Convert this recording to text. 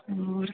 ਹੋਰ